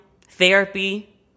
therapy